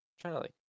Charlie